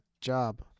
job